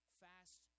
fast